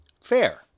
fair